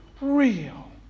real